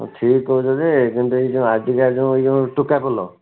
ହଁ ଠିକ୍ କହୁଛ ଯେ ଯେମିତି ଆଜିକା ଯୋଉ ଇଏ ହେଉଛି ଟୋକା ପଲ